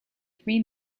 three